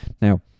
Now